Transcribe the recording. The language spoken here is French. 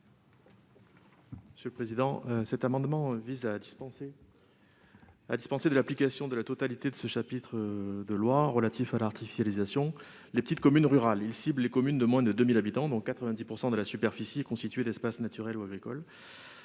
économiques ? Cet amendement vise à dispenser de l'application de la totalité de ce chapitre de loi relatif à l'artificialisation les petites communes rurales. Il cible les communes de moins de 2 000 habitants dont 90 % de la superficie est constituée d'espaces naturels ou agricoles.